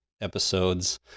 episodes